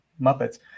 Muppets